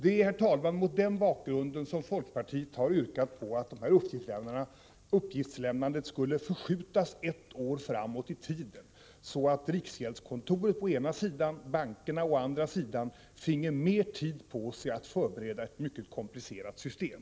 Det är, herr talman, mot denna bakgrund som folkpartiet har yrkat på att uppgiftslämnandet skulle förskjutas ett år framåt i tiden, så att riksgäldskontoret å ena sidan, bankerna å andra sidan, finge mer tid på sig att förbereda ett mycket komplicerat system.